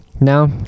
Now